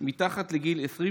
מתחת לגיל 20,